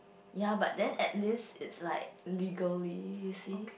ya but then at least it's like legally you see